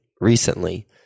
recently